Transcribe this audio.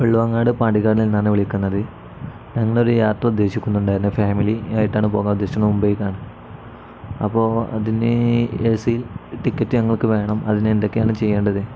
വെള്ളുവങ്ങാട് പാണ്ടിക്കാടിൽ നിന്നാണ് വിളിക്കുന്നത് ഞങ്ങളൊരു യാത്ര ഉദ്ദേശിക്കുന്നുണ്ടായിരുന്നു ഫാമിലി ആയിട്ടാണ് പോകാൻ ഉദ്ദേശിക്കുന്നത് മുംബൈക്കാണ് അപ്പോൾ അതിന് എ സിയിൽ ടിക്കറ്റ് ഞങ്ങൾക്ക് വേണം അതിന് എന്തൊക്കെയാണ് ചെയ്യേണ്ടത്